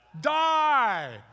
die